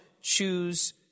choose